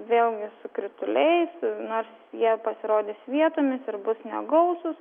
vėlgi su krituliais nors jie pasirodys vietomis ir bus negausūs